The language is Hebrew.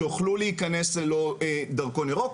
שיוכלו להיכנס ללא דרכון ירוק.